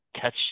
catch